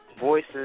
voices